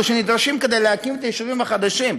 שנדרשים כדי להקים את היישובים החדשים,